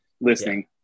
listening